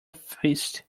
feast